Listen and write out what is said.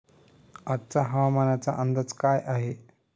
आजचा हवामानाचा अंदाज काय आहे?